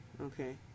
Okay